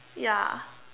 ya